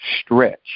stretch